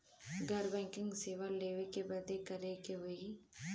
घर बैकिंग सेवा लेवे बदे का करे के होई?